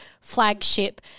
flagship